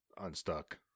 unstuck